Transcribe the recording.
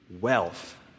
Wealth